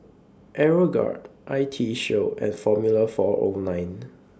Aeroguard I T Show and Formula four O nine